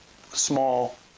small